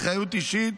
אחריות אישית.